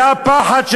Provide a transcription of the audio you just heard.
זה הפחד,